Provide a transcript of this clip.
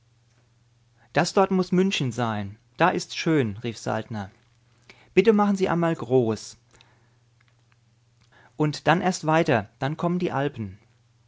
das dort muß münchen sein da ist's schön rief saltner bitte machen sie einmal groß und dann erst weiter dann kommen die alpen